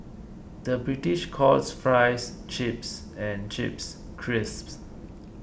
the British calls Fries Chips and Chips Crisps